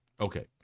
Okay